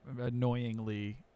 annoyingly